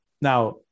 now